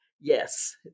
Yes